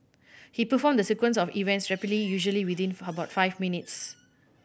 he performed the sequence of events rapidly usually within about five minutes